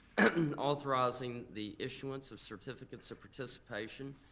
authorizing the issuance of certificates of participation,